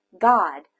God